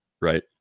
right